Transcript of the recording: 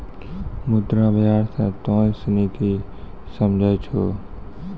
मुद्रा बाजार से तोंय सनि की समझै छौं?